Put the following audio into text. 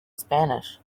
spanish